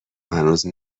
هنوز